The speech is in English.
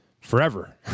forever